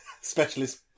specialist